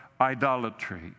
idolatry